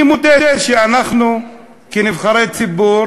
אני מודה שאנחנו כנבחרי ציבור